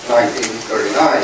1939